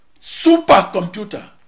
supercomputer